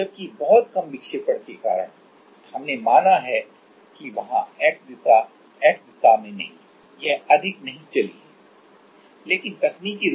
जबकि बहुत कम विक्षेपण के कारण हमने माना है कि वहाँ X दिशा X दिशा में नहीं है यह अधिक नहीं चली है लेकिन तकनीकी रूप से यह X या Z दिशा में भी चल सकती है या यहाँ तक कि यह घूम भी सकती है